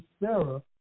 Sarah